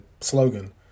slogan